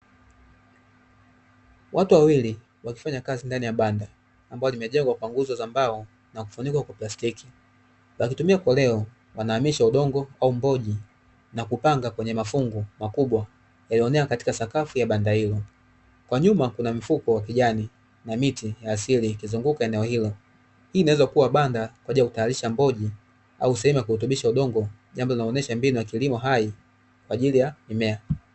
Watu wawili wakifanya kazi ndani ya banda ambalo limejengwa kwa nguzo za mbao na kufunikwa kwa plastiki, wakitumia koleo wamahamisha udongo au mboji na kupanga kwenye mafungu makubwa yaliyoenea katika sakafu ya banda hilo, kwa nyuma kuna mfuko wa kijani na miti ya asili kuzunguka eneo hilo, hii inaweza kuwa banda kwa ajili ya kutayarisha mboji au sehemu ya kurutubisha udongo jambo linalo onyesha mbinu ya kilimo hali kwa ajili ya mimea.